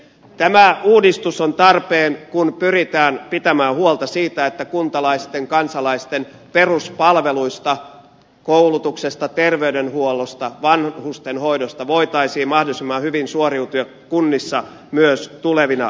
tämä uudistus on tarpeen kun pyritään pitämään huolta siitä että kuntalaisten kansalaisten peruspalveluista koulutuksesta terveydenhuollosta vanhustenhoidosta voitaisiin mahdollisimman hyvin suoriutua kunnissa myös tulevina vuosina